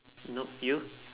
nope you